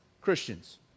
Christians